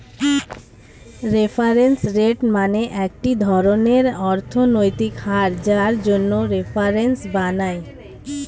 reference rate মানে একটি ধরনের অর্থনৈতিক হার যার জন্য রেফারেন্স বানায়